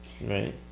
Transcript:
right